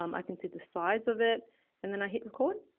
um i can see the size of it and then i hit record.